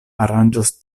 aranĝos